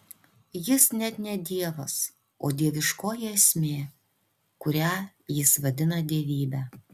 jis net ne dievas o dieviškoji esmė kurią jis vadina dievybe